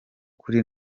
kuri